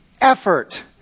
effort